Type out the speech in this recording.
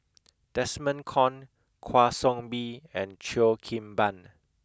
Desmond Kon Kwa Soon Bee and Cheo Kim Ban